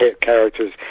characters